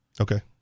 Okay